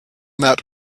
that